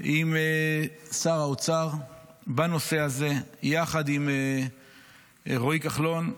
עם שר האוצר בנושא הזה, יחד עם רואי כחלון,